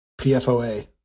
PFOA